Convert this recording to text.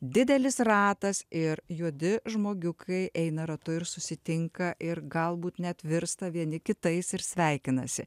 didelis ratas ir juodi žmogiukai eina ratu ir susitinka ir galbūt net virsta vieni kitais ir sveikinasi